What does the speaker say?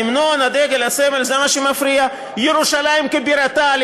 יש בחוק היבטים מעשיים שמבטאים את מדינת ישראל,